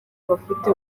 bafite